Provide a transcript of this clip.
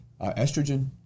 estrogen